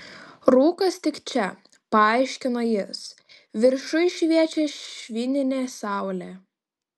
rūkas tik čia paaiškino jis viršuj šviečia švininė saulė